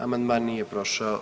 Amandman nije prošao.